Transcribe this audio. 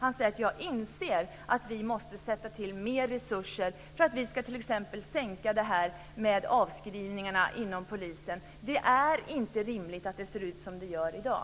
Han säger att han inser att vi måste sätta till mer resurser för att man t.ex ska kunna minska. avskrivningarna. Det är inte rimligt att det ser ut som det gör i dag.